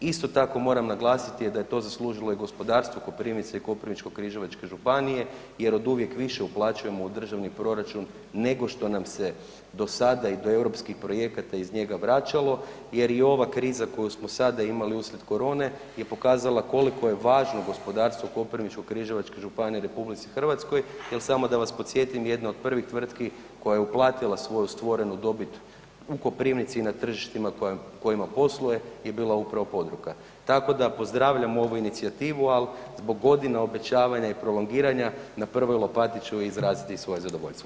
Isto tako, moram naglasiti da je to zaslužilo i gospodarstvo Koprivnice i Koprivničko-križevačke županije jer oduvijek više uplaćujemo u državni proračun nego što nam se do sada i do europskih projekata iz njega vraćalo jer i ova kriza koju smo sada imali, uslijed korone, je pokazala koliko je važno gospodarstvo Koprivničko-križevačke županije u RH jer, samo da vas podsjetim, jedna od prvih tvrtku koja je uplatila svoju stvorenu dobit u Koprivnici i na tržištima kojima posluje je bila upravo ... tako da pozdravljam ovu inicijativu, ali zbog godina obećavanja i prolongiranja, na prvoj lopati ću i izraziti svoje zadovoljstvo.